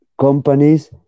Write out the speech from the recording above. companies